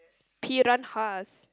piranhas